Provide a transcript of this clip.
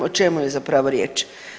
O čemu je zapravo riječ?